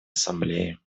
ассамблеи